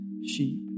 sheep